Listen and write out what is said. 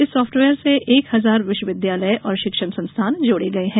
इस सॉफ्टवेयर से एक हजार विश्वविद्यालय और शिक्षण संस्थान जोड़े गये हैं